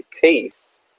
case